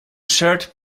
shirt